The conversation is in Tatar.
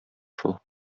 шул